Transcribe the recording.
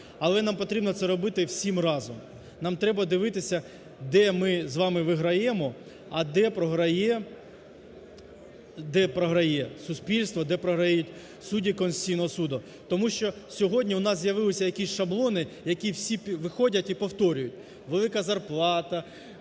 але нам потрібно це робити всім разом, нам треба дивитися, де ми з вами виграємо, а де програє суспільство, де програють судді Конституційного Суду. Тому що сьогодні у нас з'явилися якісь шаблони, які всі виходять і повторюють: велика зарплата,